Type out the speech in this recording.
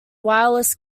wireless